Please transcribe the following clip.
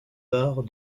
arts